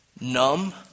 numb